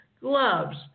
gloves